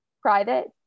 private